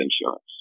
insurance